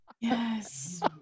Yes